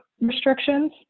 restrictions